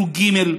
סוג ג'.